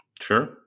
Sure